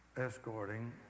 escorting